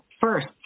first